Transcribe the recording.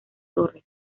torres